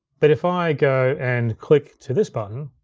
that if i go and click to this button,